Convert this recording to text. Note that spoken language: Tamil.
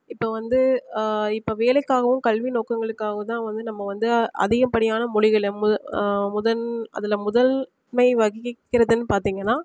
இப்போ வந்து இப்போ வேலைக்காகவும் கல்வி நோக்கங்களுக்காகவும் தான் வந்து நம்ம வந்து அதிகப்படியான மொழிகளும் மு முதன் அதில் முதன்மை வகிக்கிக்கிறதுன் பார்த்தீங்கன்னா